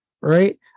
right